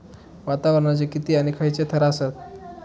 वातावरणाचे किती आणि खैयचे थर आसत?